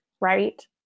right